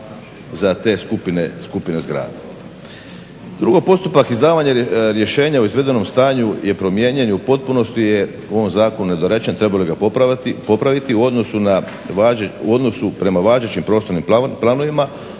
Drugo, postupak izdavanja rješenja o izvedenom stanju je promijenjen i u potpunosti je u ovom zakonu nedorečen, trebalo bi ga popraviti u odnosu prema važećim prostornim planovima